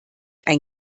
ein